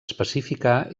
especificar